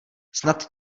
snad